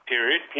Period